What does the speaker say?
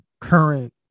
current